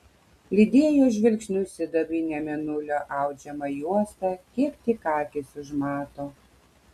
lydėjo žvilgsniu sidabrinę mėnulio audžiamą juostą kiek tik akys užmato